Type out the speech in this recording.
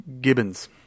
gibbons